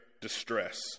distress